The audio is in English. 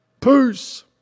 Peace